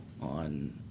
on